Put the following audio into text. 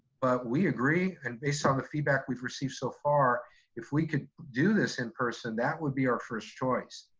but we agree and based on the feedback we've received so far if we could do this in person, that would be our first choice.